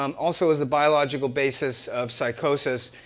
um also as a biological basis of psychosis.